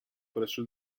presso